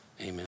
amen